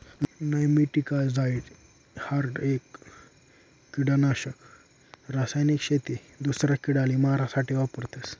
nematicide हाई एक किडानाशक रासायनिक शे ते दूसरा किडाले मारा साठे वापरतस